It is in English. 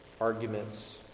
arguments